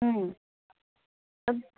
ꯎꯝ